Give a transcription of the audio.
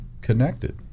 connected